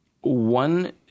one